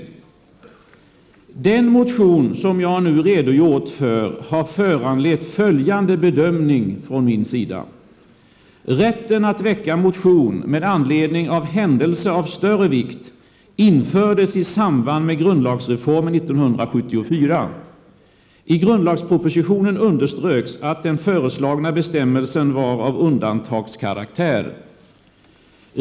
Den motion som jag nu redogjort för har föranlett följande bedömning från min sida. Rätten att väcka motion med anledning av händelse av större vikt infördes i samband med grundlagsreformen 1974. I grundlagspropositionen underströks att den föreslagna bestämmelsen var av undantagskaraktär.